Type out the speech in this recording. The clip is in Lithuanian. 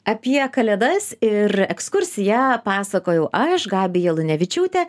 apie kalėdas ir ekskursiją pasakojau aš gabija lunevičiūtė